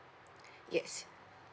yes